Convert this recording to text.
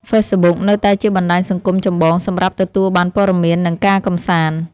ហ្វេសប៊ុក នៅតែជាបណ្តាញសង្គមចម្បងសម្រាប់ទទួលបានព័ត៌មាន និងការកម្សាន្ត។